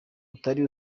utari